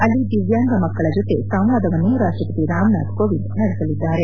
ಅಲ್ಲಿ ದಿವ್ಲಾಂಗ ಮಕ್ಕಳ ಜೊತೆ ಸಂವಾದವನ್ನು ರಾಷ್ಲಪತಿ ರಾಮನಾಥ್ ಕೋವಿಂದ್ ನಡೆಸಲಿದ್ದಾರೆ